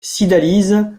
cydalise